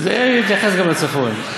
זה מתייחס גם לצפון.